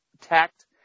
tact